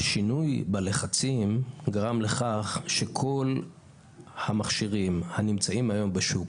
השינוי בלחצים גרם לכך שכל המכשירים הנמצאים היום בשוק,